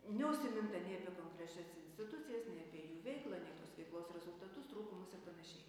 neužsiminta nei apie konkrečias institucijas nei apie jų veiklą nei tos veiklos rezultatus trūkumus ir panašiai